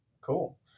Cool